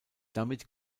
damit